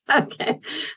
Okay